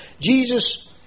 Jesus